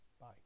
bye